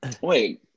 Wait